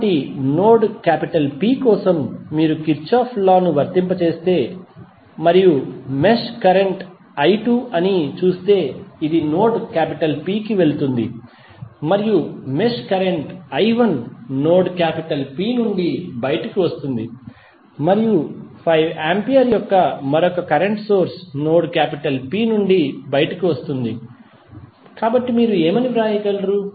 కాబట్టి node P కోసం మీరు కిర్చోఫ్ కరెంట్ లా ను వర్తింపజేస్తే మరియు మెష్ కరెంట్ i2 అని చూస్తే ఇది నోడ్ P కి వెళుతుంది మరియు mesh current i1 node P నుండి బయటకు వస్తోంది మరియు 5 ఆంపియర్ యొక్క మరొక కరెంట్ సోర్స్ నోడ్ P నుండి బయటకు వస్తోంది కాబట్టి మీరు ఏమి వ్రాయగలరు